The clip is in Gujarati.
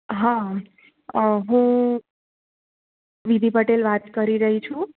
હા હું વિધિ પટેલ વાત કરી રહી છું